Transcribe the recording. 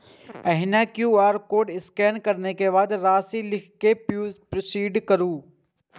एहिना QR code scan करै के बाद राशि लिख कें प्रोसीड करू